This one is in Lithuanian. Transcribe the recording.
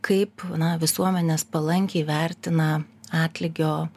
kaip na visuomenės palankiai vertina atlygio